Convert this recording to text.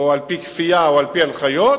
או על-פי כפייה או על-פי הנחיות.